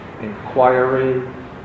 inquiry